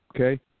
Okay